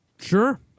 Sure